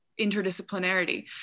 interdisciplinarity